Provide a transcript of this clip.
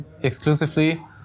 exclusively